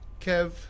Kev